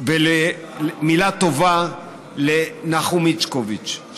מילה טובה לנחום איצקוביץ',